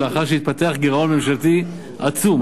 לאחר שהתפתח גירעון ממשלתי עצום,